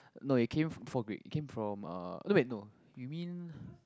no it came f~ before Greek it came from uh wait no you mean